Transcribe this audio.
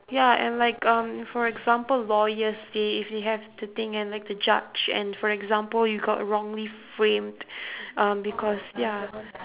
ya and like um for example lawyers they if they have to think and like to judge and for example you got wrongly framed um because ya